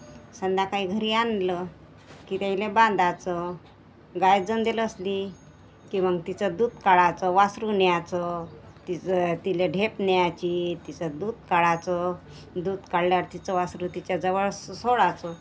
संध्याकाळी घरी आणलं की त्यायले बांधायचं गाय जंदे लसली की मग तिचं दूध काढाचं वासरू न्यायचं तिचं तिला ढेप न्यायची तिचं दूध काढायचं दूध काढल्यावर तिचं वासरू तिच्या जवळ सो सोडायचं